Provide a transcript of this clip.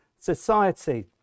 society